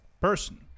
person